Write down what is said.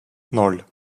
ноль